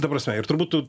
ta prasme ir turbūt tu